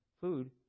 food